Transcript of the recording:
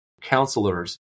counselors